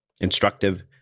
instructive